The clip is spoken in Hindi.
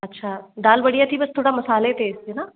अच्छा दाल बढ़िया थी बस मसाले तेज़ थे ना